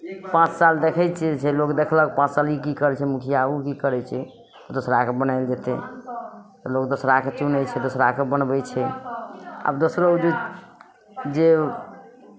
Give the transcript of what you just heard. पाँच साल देखै छियै लोक् देखलक पाँच साल ई की करै छै मुखिया ओ की करै छै दोसराक बनायल जेतै लोक् दोसराकेँ चुनै छै दोसराकेँ बनबै छै आब दोसरो जे जे